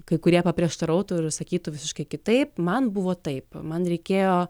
kai kurie paprieštarautų ir sakytų visiškai kitaip man buvo taip man reikėjo